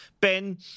Ben